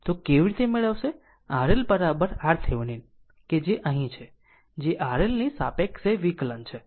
તો કેવી રીતે મેળવશે RL RThevenin કે જે અહીં છે - જે RL ની સાપેક્ષે વિકલન છે